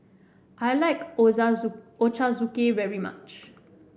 I like Ochazuke very much